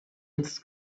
its